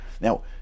Now